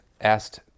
asked